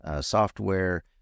Software